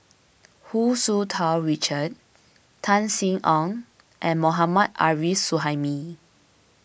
Hu Tsu Tau Richard Tan Sin Aun and Mohammad Arif Suhaimi